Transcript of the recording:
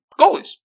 goalies